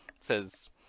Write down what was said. says